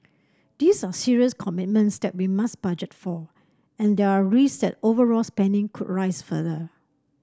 these are serious commitments that we must budget for and there are risks that overall spending could rise further